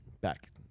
Back